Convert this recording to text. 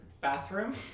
bathroom